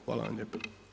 Hvala vam lijepa.